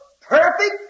perfect